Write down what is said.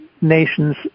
nations